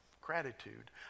gratitude